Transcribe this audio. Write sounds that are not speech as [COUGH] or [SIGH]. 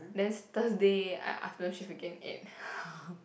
then s~ Thursday I afternoon shift again eight [LAUGHS]